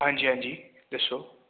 ਹਾਂਜੀ ਹਾਂਜੀ ਦੱਸੋ